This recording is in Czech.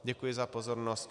Děkuji za pozornost.